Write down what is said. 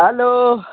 hello